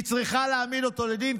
היא צריכה להעמיד אותו לדין,